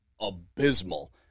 abysmal